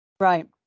Right